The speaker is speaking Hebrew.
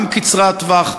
גם קצרת טווח,